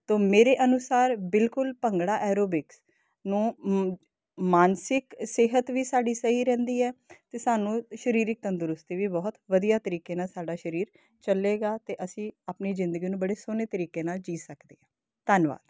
ਤੋ ਮੇਰੇ ਅਨੁਸਾਰ ਬਿਲਕੁਲ ਭੰਗੜਾ ਐਰੋਬਿਕਸ ਨੂੰ ਮਾਨਸਿਕ ਸਿਹਤ ਵੀ ਸਾਡੀ ਸਹੀ ਰਹਿੰਦੀ ਹੈ ਅਤੇ ਸਾਨੂੰ ਸਰੀਰਕ ਤੰਦਰੁਸਤੀ ਵੀ ਬਹੁਤ ਵਧੀਆ ਤਰੀਕੇ ਨਾਲ ਸਾਡਾ ਸਰੀਰ ਚੱਲੇਗਾ ਅਤੇ ਅਸੀਂ ਆਪਣੀ ਜ਼ਿੰਦਗੀ ਨੂੰ ਬੜੇ ਸੋਹਣੇ ਤਰੀਕੇ ਨਾਲ ਜੀਅ ਸਕਦੇ ਹਾਂ ਧੰਨਵਾਦ